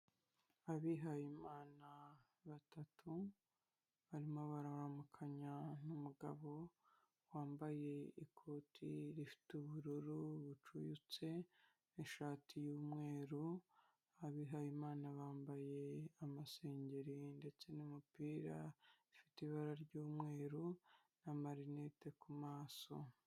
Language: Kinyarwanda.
Abihayimana batatu, barimo bararamukanya n'umugabo, wambaye ikoti rifite ubururu bucuyutse n'ishati y'umweru, abihayimana bambaye amasengeri ndetse n'umupira ufite ibara ry'umweru n'amarinete ku maso.